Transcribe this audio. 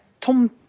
Tom